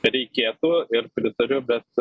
reikėtų ir pritariu bet